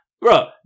Bro